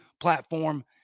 platform